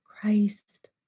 Christ